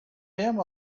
him